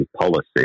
policy